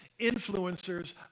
influencers